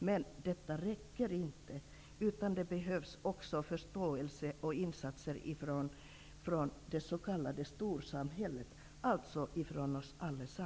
Men detta räcker inte, utan det behövs också förståelse och insatser från det s.k. storsamhället, alltså från oss alla.